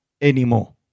anymore